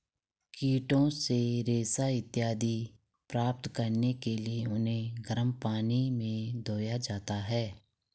कीटों से रेशा इत्यादि प्राप्त करने के लिए उन्हें गर्म पानी में धोया जाता है